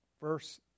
Verse